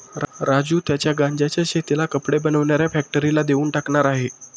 राजू त्याच्या गांज्याच्या शेतीला कपडे बनवणाऱ्या फॅक्टरीला देऊन टाकणार आहे